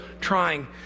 trying